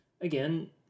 again